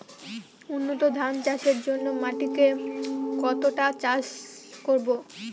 উন্নত ধান চাষের জন্য মাটিকে কতটা চাষ করব?